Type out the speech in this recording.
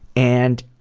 and,